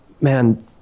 man